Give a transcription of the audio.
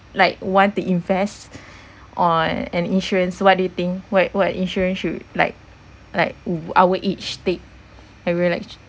like want to invest on an insurance what do you think what what insurance should like like w~ our each take I